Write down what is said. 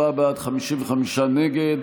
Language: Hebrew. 64 בעד, 55 נגד,